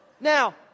Now